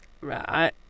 Right